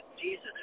Jesus